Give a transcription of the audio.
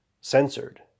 censored